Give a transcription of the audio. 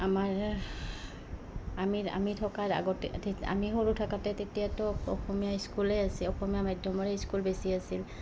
আমাৰ আমি আমি থকাৰ আগতে আমি সৰু থাকোতে তেতিয়াতো অসমীয়া স্কুলেই আছে অসমীয়া মাধ্যমৰে স্কুল বেছি আছিল